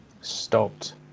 stopped